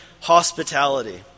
hospitality